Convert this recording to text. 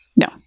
No